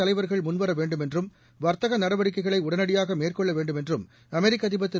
தலைவர்கள் முன்வர வேண்டும் என்றும் வர்த்தக நடவடிக்கைகளை உடனடியாக மேற்கொள்ள வேண்டும் என்றும் அமெரிக்க அதிபர் திரு